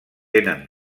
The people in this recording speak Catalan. tenen